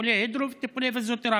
טיפולי הידרו וטיפולי פיזיותרפיה,